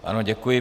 Ano, děkuji.